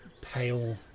pale